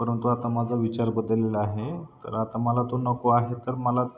परंतु आता माझा विचार बदललेला आहे तर आता मला तो नको आहे तर मला